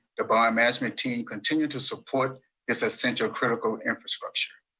the bond management team, continue to support this essential critical infrastructure.